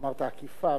אמרת אכּיפה.